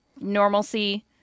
normalcy